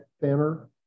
thinner